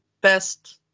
best